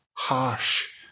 Harsh